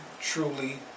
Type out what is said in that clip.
truly